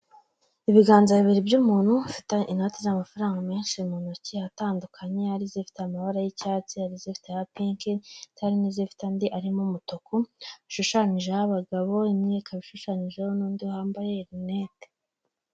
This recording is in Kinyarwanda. Ibiganza bibiri by'umuntu ufite inoti z'amafaranga menshi mu ntoki atandukanye, hari zifite amabara y'icyatsi, hari izifite aya pinki nsetse hari n'izifite andi arimo umutuku, ushushanyijeho abagabo, imwe ikaba ishushanyijeho n'undi wambaye rinete.